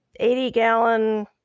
80-gallon